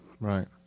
Right